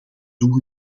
doen